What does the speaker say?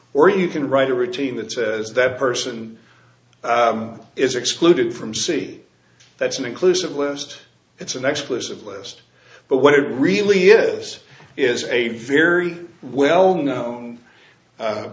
or you can write a routine that says that person is excluded from c that's an inclusive list it's an explanation of list but what it really is is a very well known